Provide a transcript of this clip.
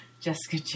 Jessica